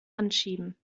anschieben